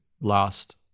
last